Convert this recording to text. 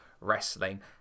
wrestling